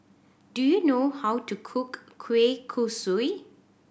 do you know how to cook kueh kosui